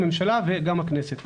הממשלה וגם הכנסת.